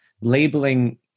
labeling